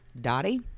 Dottie